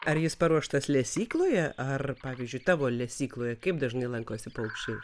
ar jis paruoštas lesykloje ar pavyzdžiui tavo lesykloje kaip dažnai lankosi paukščiai